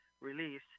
Release